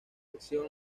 acción